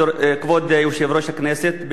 כבוד יושב-ראש הכנסת,